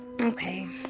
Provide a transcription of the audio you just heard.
Okay